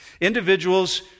Individuals